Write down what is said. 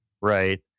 right